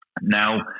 now